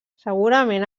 segurament